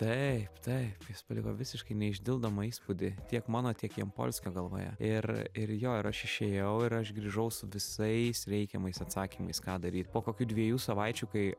taip taip jos paliko visiškai neišdildomą įspūdį tiek mano tiek jampolskio galvoje ir ir jo ir aš išėjau ir aš grįžau su visais reikiamais atsakymais ką daryt po kokių dviejų savaičių kai